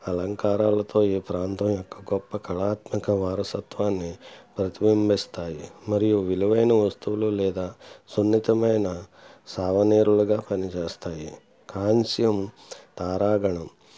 అలంకారాలతో ఈ ప్రాంతం యొక్క గొప్ప కళాత్మక వారసత్వాన్ని ప్రతిభింభిస్తాయి మరియు విలువైన వస్తువులు లేదా సున్నితమైన సావనీరులుగా పనిచేస్తాయి కాంస్యం తారాగణం